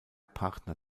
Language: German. partner